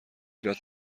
ایراد